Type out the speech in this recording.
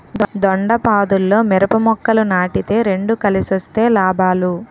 దొండపాదుల్లో మిరప మొక్కలు నాటితే రెండు కలిసొస్తే లాభాలు